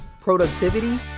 productivity